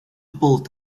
pulled